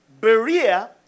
Berea